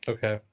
Okay